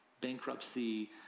bankruptcy